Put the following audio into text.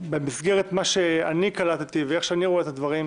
במסגרת מה שקלטתי ואיך שאני רואה את הדברים,